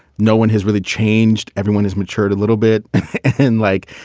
no one has really changed. everyone has matured a little bit. and like,